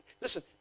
listen